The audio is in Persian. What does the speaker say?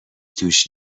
توش